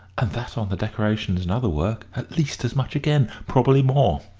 and that on the decorations and other work at least as much again probably more.